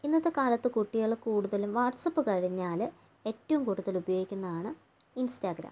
ഇന്നത്തെ കാലത്ത് കുട്ടികൾ കൂടുതലും വാട്സ്ആപ്പ് കഴിഞ്ഞാൽ ഏറ്റവും കൂടുതൽ ഉപയോഗിക്കുന്നതാണ് ഇൻസ്റ്റാഗ്രാം